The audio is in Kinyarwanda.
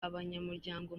abanyamuryango